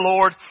Lord